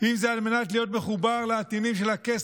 אם זה על מנת להיות מחובר לעטינים של הכסף,